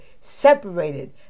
separated